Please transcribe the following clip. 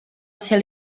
ser